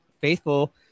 Faithful